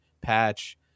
patch